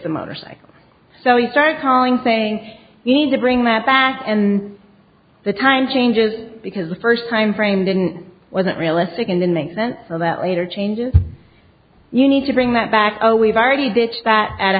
a motorcycle so he started calling saying you need to bring that back and the time changes because the first time frame didn't wasn't realistic and then they sent so that later changes you need to bring that back oh we've already ditched that a